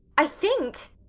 i think,